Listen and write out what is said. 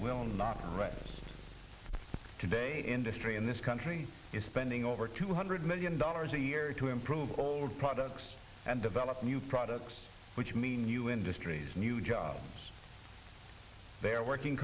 rest today industry in this country is spending over two hundred million dollars a year to improve products and develop new products which means new industries new jobs they are working